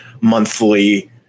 monthly